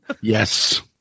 Yes